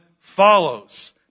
follows